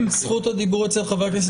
זכות הדיבור אצל חבר הכנסת יברקן,